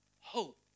hope